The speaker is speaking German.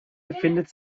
befindet